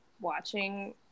watching